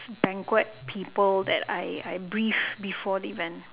banquet people that I I brief before the event